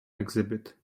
exhibit